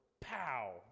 pow